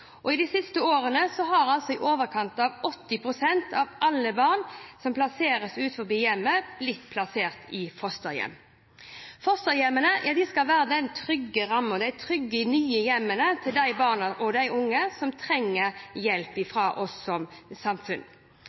innenfor barnevernet. De siste årene har i overkant av 80 pst. av alle barn som plasseres utenfor hjemmet, blitt plassert i fosterhjem. Fosterhjemmene skal være den trygge rammen, de trygge nye hjemmene, til de barna og de unge som trenger hjelp fra oss som samfunn.